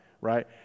right